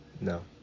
no